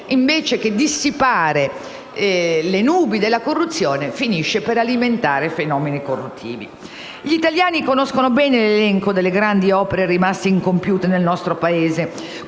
invece che dissipare le nubi della corruzione finisce per alimentare fenomeni corruttivi. Gli italiani conoscono bene l'elenco delle grandi opere rimaste incompiute nel nostro Paese,